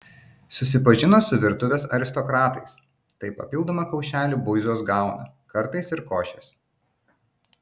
susipažino su virtuvės aristokratais tai papildomą kaušelį buizos gauna kartais ir košės